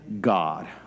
God